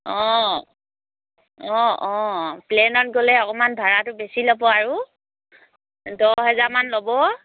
অঁ অঁ অঁ প্লেনত গ'লে অকমান ভাড়াটো বেছি ল'ব আৰু দহ হেজাৰমান ল'ব